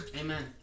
Amen